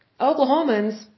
Oklahomans